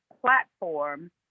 platform